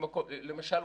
למשל,